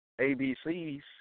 ABC's